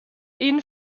ihnen